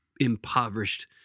impoverished